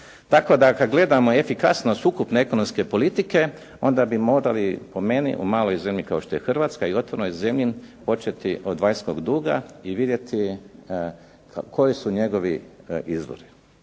Tako da kad gledamo efikasnost ukupne ekonomske politike, onda bi morali po meni u maloj zemlji kao što je Hrvatska i otvorenoj zemlji početi od vanjskog duga i vidjeti koji su njegovi izvori.